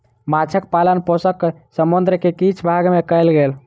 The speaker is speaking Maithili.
माँछक पालन पोषण समुद्र के किछ भाग में कयल गेल